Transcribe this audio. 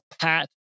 pat